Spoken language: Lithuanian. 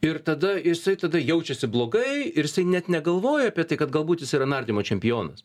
ir tada jisai tada jaučiasi blogai ir jisai net negalvoja apie tai kad galbūt jis yra nardymo čempionas